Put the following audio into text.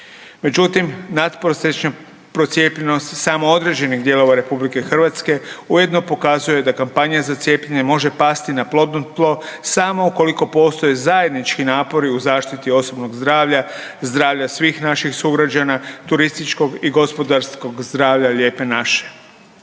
međutim natprosječna procijepljenost samo određenih dijelova RH ujedno pokazuje da kampanja za cijepljenje može pasti na plodno tlo samo ukoliko postoje zajednički napori i zaštiti osobnog zdravlja, zdravlja svih naših sugrađana, turističkog i gospodarskog zdravlja Lijepe naše.